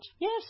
yes